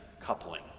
coupling